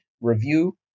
review